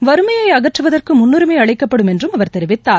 வறுமையை அகற்றுவதற்கு முன்னுரிமை அளிக்கப்படும் என்றும் அவர் தெரிவித்தார்